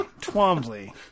Twombly